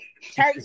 church